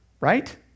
right